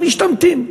משתמטים.